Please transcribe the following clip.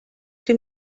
dem